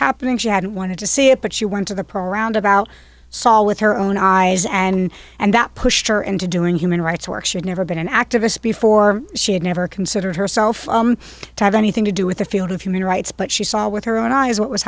happening she had wanted to see it but she went to the program and about saw with her own eyes and and that pushed her into doing human rights work should never been an activist before she had never considered herself to have anything to do with the field of human rights but she saw with her own eyes what was